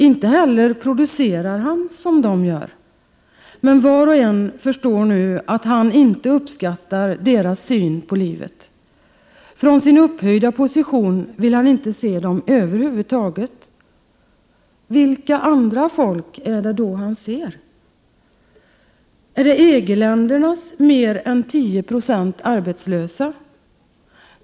Inte heller producerar han som de gör. Men var och en förstår att han inte uppskattar deras syn på livet. Från sin upphöjda position vill han inte se dem över huvud taget! Vilka ”andra folk” är det då han ser? Är det EG-ländernas mer än 10 96 arbetslösa?